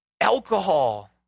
Alcohol